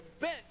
bent